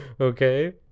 Okay